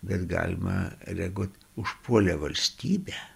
bet galima reaguot užpuolė valstybę